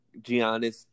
Giannis